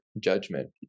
judgment